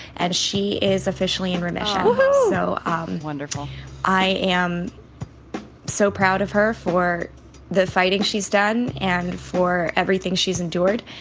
and she is officially in remission woo-hoo so um wonderful i am so proud of her for the fighting she's done and for everything she's endured.